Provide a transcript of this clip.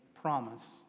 promise